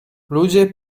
ludzie